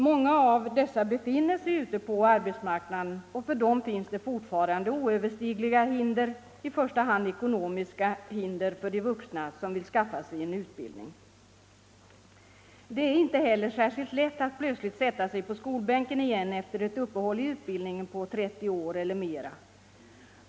Många av dessa befinner sig ute på arbetsmarknaden, och för dem finns det fortfarande oöverstigliga hinder, i första hand ekonomiska hinder för de vuxna som vill skaffa sig en utbildning. Det är inte heller särskilt lätt att plötsligt sätta sig på skolbänken igen efter ett uppehåll i utbildningen på 30 år eller mera.